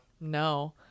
No